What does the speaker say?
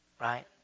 right